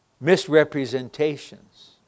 misrepresentations